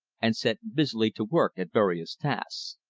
and set busily to work at various tasks.